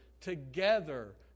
together